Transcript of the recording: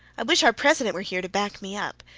i wish our president were here to back me up!